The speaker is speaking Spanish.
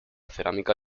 cerámica